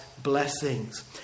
blessings